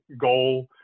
goal